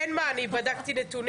אין מה אני בדקתי נתונים.